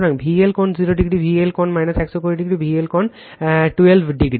সুতরাং VL কোণ 0o VL কোণ 120o VL কোণ 120